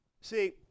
See